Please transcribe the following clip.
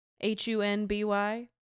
H-U-N-B-Y